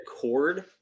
cord